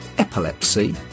epilepsy